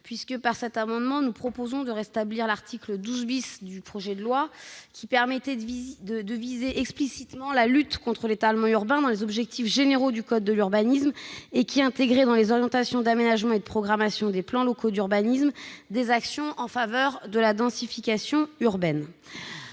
n° 145. Cet amendement vise à rétablir l'article 12 du projet de loi, qui visait explicitement la lutte contre l'étalement urbain dans les objectifs généraux du code de l'urbanisme, et qui intégrait dans les orientations d'aménagement et de programmation des plans locaux d'urbanisme des actions en faveur de la densification urbaine.